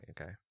okay